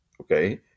Okay